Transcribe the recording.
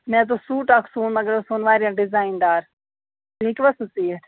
مےٚ حظ اوس سوٗٹ اَکھ سُوُن مگر اوس سُوُن واریاہ ڈِزایِن دار تُہۍ ہیٚکوا سُہ سُوِتھ